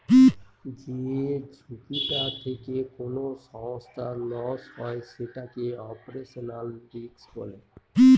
যে ঝুঁকিটা থেকে কোনো সংস্থার লস হয় সেটাকে অপারেশনাল রিস্ক বলে